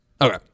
Okay